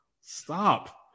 Stop